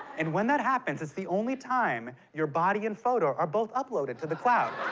and when that happens, it's the only time your body and photo are both uploaded to the cloud.